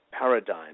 paradigm